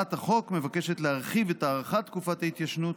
הצעת החוק מבקשת להרחיב את הארכת תקופת ההתיישנות